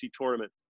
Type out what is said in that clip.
tournament